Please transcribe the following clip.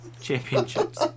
Championships